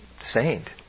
saint